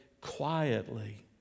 quietly